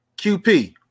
QP